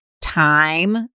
time